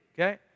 okay